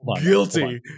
guilty